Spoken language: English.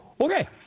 Okay